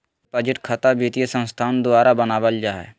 deposit खता वित्तीय संस्थान द्वारा बनावल जा हइ